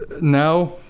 now